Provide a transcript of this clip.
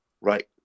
right